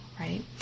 Right